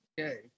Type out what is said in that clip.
Okay